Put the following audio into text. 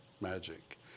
magic